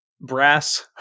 brass